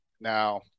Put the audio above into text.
now